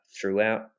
throughout